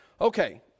okay